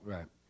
Right